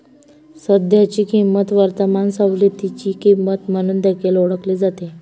सध्याची किंमत वर्तमान सवलतीची किंमत म्हणून देखील ओळखली जाते